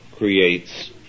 creates